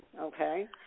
okay